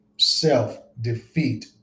self-defeat